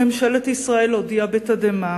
ברגע שבו הודיעה ממשלת ישראל בתדהמה,